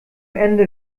ende